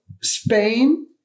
Spain